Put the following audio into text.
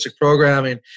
programming